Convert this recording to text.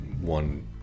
one